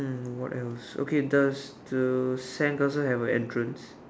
um what else okay does the sandcastle have a entrance